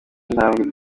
ntambwe